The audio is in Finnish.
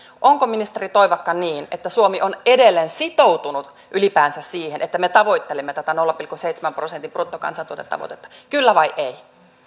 onko ministeri toivakka niin että suomi on edelleen sitoutunut ylipäänsä siihen että me tavoittelemme tätä nolla pilkku seitsemän prosentin bruttokansantuotetavoitetta kyllä vai ei